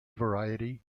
variety